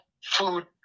food